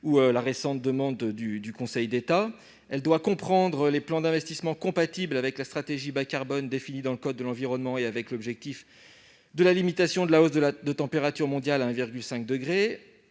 une récente demande du Conseil d'État. En outre, leur rapport devrait comprendre les plans d'investissements compatibles avec la stratégie bas-carbone définie dans le code de l'environnement et avec l'objectif de limiter la hausse de la température mondiale à 1,5 degré.